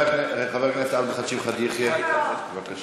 חבר הכנסת עבד אל חכים חאג' יחיא, בבקשה.